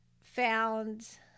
found